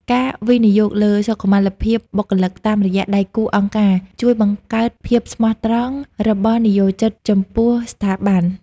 ការវិនិយោគលើសុខុមាលភាពបុគ្គលិកតាមរយៈដៃគូអង្គការ ជួយបង្កើតភាពស្មោះត្រង់របស់និយោជិតចំពោះស្ថាប័ន។